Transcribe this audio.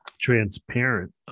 transparent